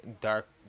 dark